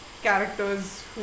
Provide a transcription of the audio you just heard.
characters